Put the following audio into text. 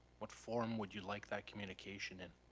what form would you like that communication in?